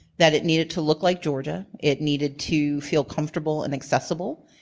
that it needed to look like georgia. it needed to feel comfortable and accessible.